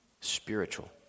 spiritual